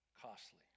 costly